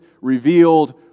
revealed